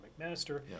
McMaster